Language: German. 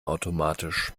automatisch